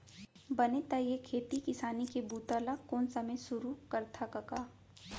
बने त ए खेती किसानी के बूता ल कोन समे सुरू करथा कका?